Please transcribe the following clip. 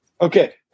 Okay